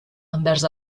envers